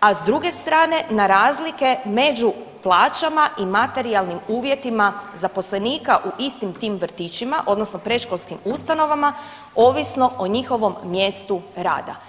a s druge strane na razlike među plaćama i materijalnim uvjetima zaposlenika u istim tim vrtićima odnosno predškolskim ustanovama ovisno o njihovom mjestu rada.